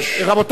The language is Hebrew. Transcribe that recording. רבותי,